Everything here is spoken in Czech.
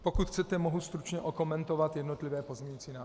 Pokud chcete, mohu stručně okomentovat jednotlivé pozměňující návrhy.